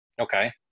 Okay